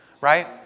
right